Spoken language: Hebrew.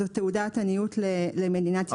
זאת תעודת עניות למדינת ישראל.